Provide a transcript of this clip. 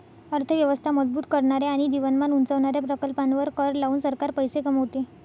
अर्थ व्यवस्था मजबूत करणाऱ्या आणि जीवनमान उंचावणाऱ्या प्रकल्पांवर कर लावून सरकार पैसे कमवते